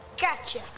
Gotcha